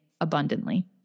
abundantly